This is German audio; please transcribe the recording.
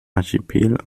archipel